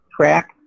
track